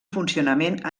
funcionament